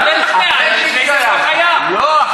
בסדר, לא.